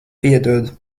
piedod